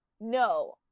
no